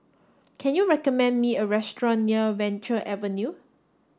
can you recommend me a restaurant near Venture Avenue